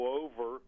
over